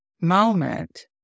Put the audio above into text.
moment